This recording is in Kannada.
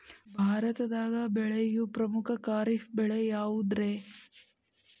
ಭಾರತದಾಗ ಬೆಳೆಯೋ ಪ್ರಮುಖ ಖಾರಿಫ್ ಬೆಳೆ ಯಾವುದ್ರೇ?